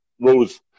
Rose